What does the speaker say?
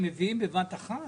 שאלה הממיסים ושמני הסיכה,